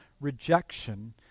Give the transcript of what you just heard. rejection